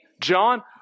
John